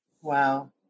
Wow